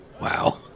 Wow